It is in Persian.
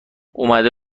اومده